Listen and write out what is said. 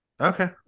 Okay